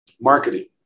marketing